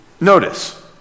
Notice